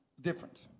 different